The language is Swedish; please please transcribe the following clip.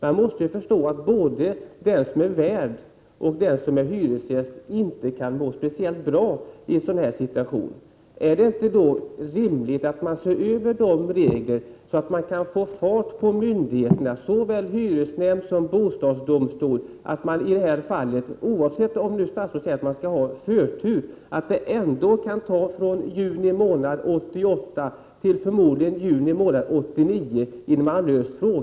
Vi måste förstå att varken den som är värd eller den som är hyresgäst kan må speciellt bra. Är det då inte rimligt att se över reglerna så att man kan få fart på myndigheterna, såväl hyresnämnd som bostadsdomstol? Statsrådet säger nu att ärendet kan behandlas med förtur, och då skall det ändå inte behöva ta från juni 1988 till förmodligen juni 1989 innan frågan har lösts.